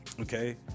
okay